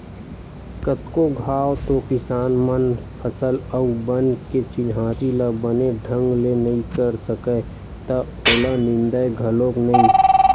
कतको घांव तो किसान मन फसल अउ बन के चिन्हारी ल बने ढंग ले नइ कर सकय त ओला निंदय घलोक नइ